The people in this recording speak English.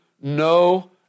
No